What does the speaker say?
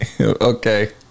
Okay